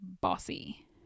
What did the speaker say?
bossy